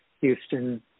Houston